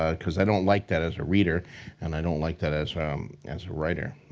ah cause i don't like that as a reader and i don't like that as um as a writer.